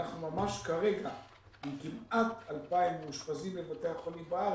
אנחנו ממש כרגע עם כמעט 2,000 מאושפזים בבתי החולים בארץ,